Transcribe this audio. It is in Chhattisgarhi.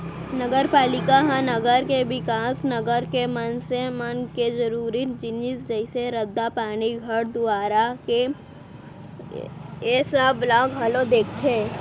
नगरपालिका ह नगर के बिकास, नगर के मनसे मन के जरुरी जिनिस जइसे रद्दा, पानी, घर दुवारा ऐ सब ला घलौ देखथे